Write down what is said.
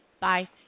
Bye